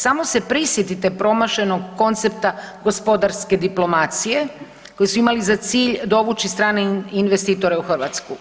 Samo se prisjetite promašenog koncepta gospodarske diplomacije koji su imali za cilj dovući strane investitore u Hrvatsku.